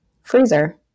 freezer